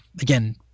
again